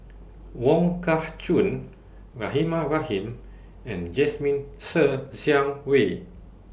Wong Kah Chun Rahimah Rahim and Jasmine Ser Xiang Wei